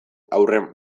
haurren